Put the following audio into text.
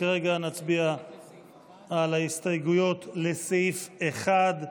כרגע נצביע על ההסתייגויות לסעיף 1,